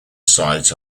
site